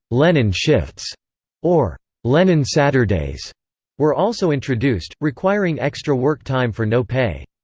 lenin shifts or lenin saturdays were also introduced, requiring extra work time for no pay.